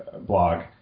blog